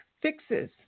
fixes